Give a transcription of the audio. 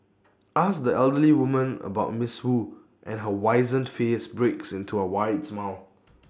ask the elderly woman about miss wu and her wizened face breaks into A wide smile